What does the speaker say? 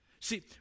See